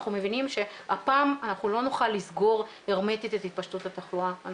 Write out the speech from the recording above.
אנחנו מבינים שהפעם אנחנו לא נוכל לסגור הרמטית את התפשטות התחלואה.